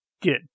get